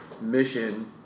mission